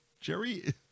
Jerry